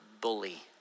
bully